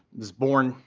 was born,